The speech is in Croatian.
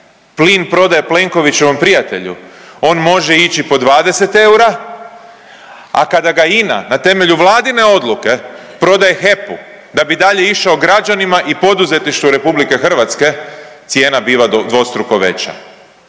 plin prodaje Plenkovićevom prijatelju on može ići po 20 eura, a kada ga INA na temelju vladine odluke prodaje HEP-u da bi dalje išao građanima i poduzetništvu RH cijela bila dvostruko veća,